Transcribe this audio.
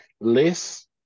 less